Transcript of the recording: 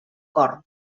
cor